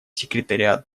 секретариат